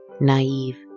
naive